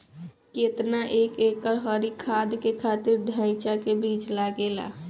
केतना एक एकड़ हरी खाद के खातिर ढैचा के बीज लागेला?